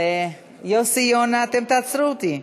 יוסי יונה, אתם תעצרו אותי.